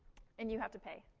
and you have to pay.